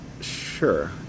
sure